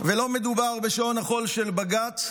ולא מדובר בשעון החול של בג"ץ,